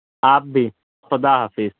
آپ بھی خدا حافظ